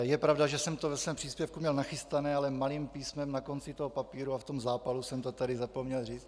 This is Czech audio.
Je pravda, že jsem to ve svém příspěvku měl nachystané, ale malým písmem na konci toho papíru a v tom zápalu jsem to tady zapomněl říct.